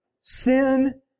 Sin